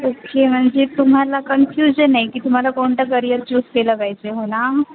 okay म्हणजे तुम्हाला confusion आहे की तुम्हाला कोणता करिअर चूज केला पाहिजे हो ना